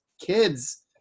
kids